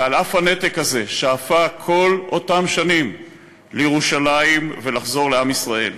ועל אף הנתק הזה שאפה כל אותן שנים לירושלים ולחזור לעם ישראל.